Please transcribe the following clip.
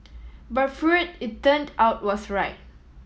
but Freud it turned out was right